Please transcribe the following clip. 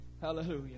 Hallelujah